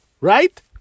Right